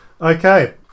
Okay